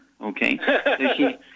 Okay